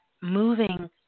moving